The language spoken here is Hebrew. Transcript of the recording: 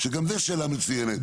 וגם זו שאלה מצוינת.